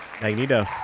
Magneto